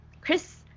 Chris